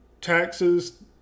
taxes